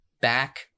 back